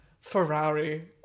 Ferrari